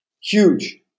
Huge